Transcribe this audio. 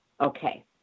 Okay